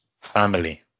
family